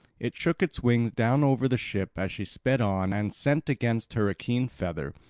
it shook its wings down over the ship as she sped on and sent against her a keen feather,